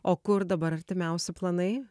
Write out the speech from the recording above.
o kur dabar artimiausi planai